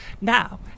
Now